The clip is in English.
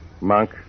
Monk